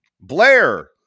Blair